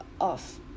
off